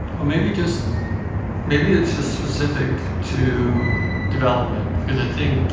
well, maybe just maybe it's just specific to development because i think